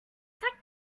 that